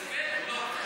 סבטלובה.